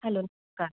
hello